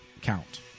count